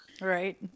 Right